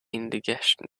indigestion